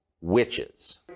witches